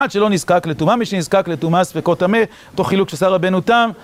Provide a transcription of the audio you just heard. עד שלא נזקק לטומאה, משנזקק לטומאה ספקו טמא, אותו חילוק שעשה רבינו תם